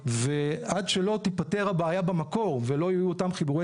עד שלא תיפתר הבעיה במקור ולא יהיו אותם חיבורי